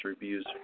reviews